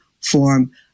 form